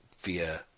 via